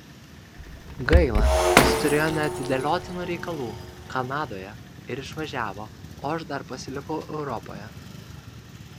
gaila jis turėjo neatidėliotinų reikalų kanadoje ir išvažiavo o aš dar pasilikau europoje